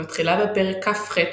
היא מתחילה בפרק כ"ח,